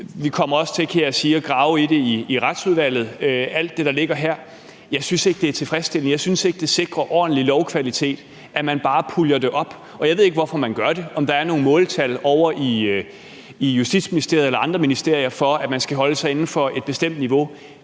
kommer til at grave i det i Retsudvalget, altså i alt det, der ligger her. Jeg synes ikke, det er tilfredsstillende. Jeg synes ikke, det sikrer ordentlig lovkvalitet, at man bare puljer det sammen. Jeg ved ikke, hvorfor man gør det – om der er nogle måltal ovre i Justitsministeriet eller i andre ministerier for, at man skal holde sig inden for et bestemt niveau.